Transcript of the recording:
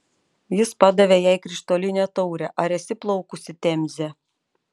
jis padavė jai krištolinę taurę ar esi plaukusi temze